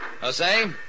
Jose